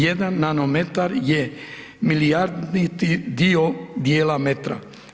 Jedan nano metar je milijaditi dio djela metra.